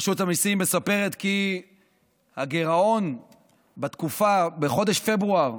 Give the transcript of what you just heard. רשות המיסים מספרת שהגירעון בחודש פברואר